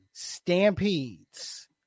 Stampedes